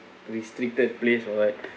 restricted place or what